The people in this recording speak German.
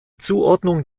zuordnung